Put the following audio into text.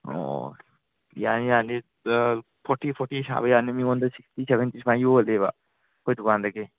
ꯑꯣ ꯌꯥꯅꯤ ꯌꯥꯅꯤ ꯐꯣꯔꯇꯤ ꯐꯣꯔꯇꯤ ꯁꯥꯕ ꯌꯥꯅꯤ ꯃꯤꯉꯣꯟꯗ ꯁꯤꯛꯁꯇꯤ ꯁꯕꯦꯟꯇꯤ ꯁꯨꯃꯥꯏꯅ ꯌꯣꯜꯂꯦꯕ ꯑꯩꯈꯣꯏ ꯗꯨꯀꯥꯟꯗꯒꯤ